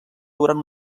durant